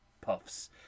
puffs